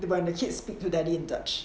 when the kids speak to daddy in dutch